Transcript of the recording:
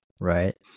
right